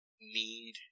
Need